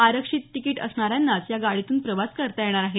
आरक्षित तिकीट असण्याऱ्यांनाच या गाडीतून प्रवास करता येणार आहे